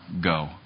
go